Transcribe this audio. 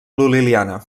lul·liana